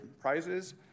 prizes